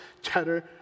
cheddar